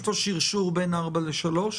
יש שרשור בין 4 ל-3?